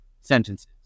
sentences